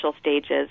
stages